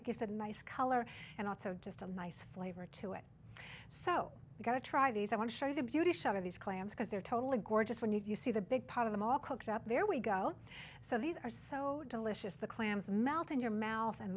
it gives a nice color and also just a nice flavor to it so we got to try these i want to show you the beauty shot of these clams because they're totally gorgeous when you see the big pot of them all cooked up there we go so these are so delicious the clams melt in your mouth and